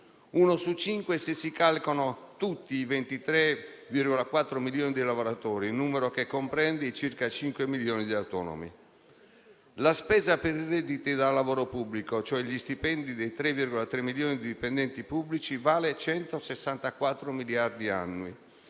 (uno su cinque, se si calcolano tutti i 23,4 milioni di lavoratori, numero che comprende i circa 5 milioni di autonomi). La spesa per i redditi da lavoro pubblico, e cioè gli stipendi dei 3,3 milioni di dipendenti pubblici, vale 164 miliardi annui,